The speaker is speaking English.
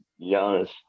Giannis